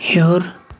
ہیوٚر